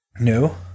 No